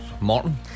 Martin